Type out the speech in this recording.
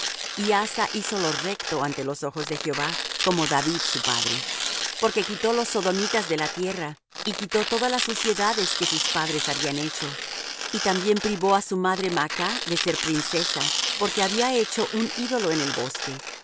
y asa hizo lo recto ante los ojos de jehová como david su padre porque quitó los sodomitas de la tierra y quitó todas las suciedades que sus padres habían hecho y también privó á su madre maach de ser princesa porque había hecho un ídolo en un bosque